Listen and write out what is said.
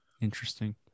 Interesting